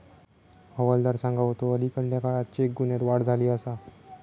हवालदार सांगा होतो, अलीकडल्या काळात चेक गुन्ह्यांत वाढ झाली आसा